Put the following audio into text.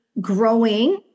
growing